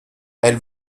elle